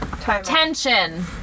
Tension